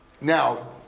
now